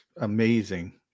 amazing